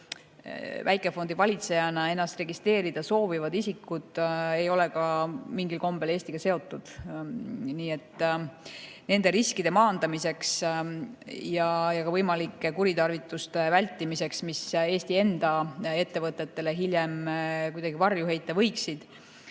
väikefondi valitsejana registreerida soovivad isikud ei ole ka mingil kombel olnud Eestiga seotud. Nii et nende riskide maandamiseks ja võimalike kuritarvituste vältimiseks, mis Eesti enda ettevõtetele hiljem kuidagi varju heita võiksid,